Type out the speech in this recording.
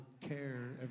care